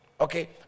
Okay